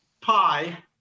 Pi